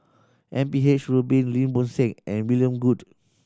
M P H Rubin Lim Bo Seng and William Goode